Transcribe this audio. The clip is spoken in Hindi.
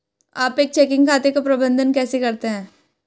आप एक चेकिंग खाते का प्रबंधन कैसे करते हैं?